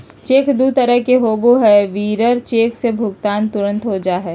cheque दू तरह के होबो हइ, बियरर चेक से भुगतान तुरंत हो जा हइ